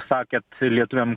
sakėt lietuviam